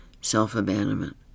self-abandonment